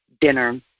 dinner